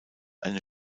eine